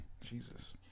Jesus